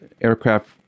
aircraft